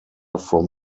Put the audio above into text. from